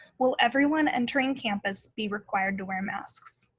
will everyone entering campus be required to wear masks?